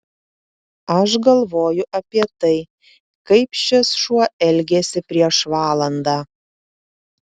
aš galvoju apie tai kaip šis šuo elgėsi prieš valandą